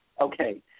Okay